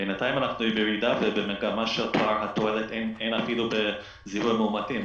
בינתיים אנחנו בירידה ובמגמה שהתועלת היא אפילו בזיהוי המאומתים,